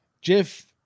Jeff